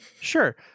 Sure